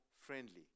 friendly